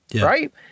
right